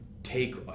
take